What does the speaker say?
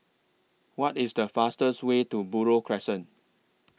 What IS The fastest Way to Buroh Crescent